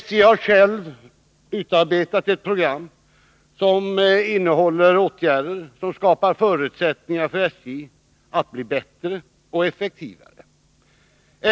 SJ har själva utarbetat ett program som innehåller åtgärder som skapar förutsättningar för SJ att bli bättre och effektivare.